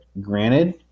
Granted